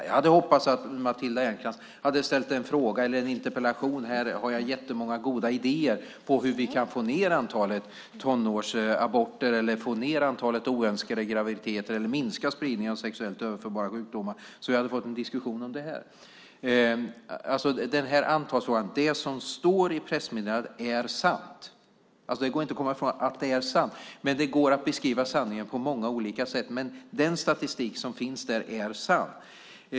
Jag hade hoppats att Matilda Ernkrans hade ställt en interpellation om huruvida jag har jättemånga goda idéer om hur vi kan få ned antalet tonårsaborter eller oönskade graviditeter eller minska spridningen av sexuellt överförbara sjukdomar så att vi hade fått en diskussion om det. Det som står i pressmeddelandet är sant; det går inte att komma ifrån. Men det går att beskriva sanningen på många olika sätt. Den statistik som finns där är sann.